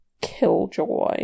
Killjoy